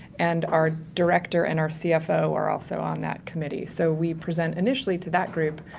and our director and our cfo are also on that committee. so we present initially to that group,